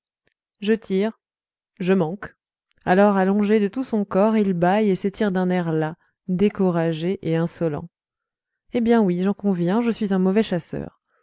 je tire je manque alors allongé de tout son corps il bâille et s'étire d'un air las découragé et insolent eh bien oui j'en conviens je suis un mauvais chasseur